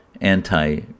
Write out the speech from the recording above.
anti